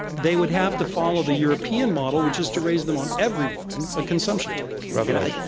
they would have to follow the european model, which is to raise them on everyone, a consumption tax. robert reich.